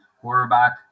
quarterback